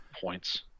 Points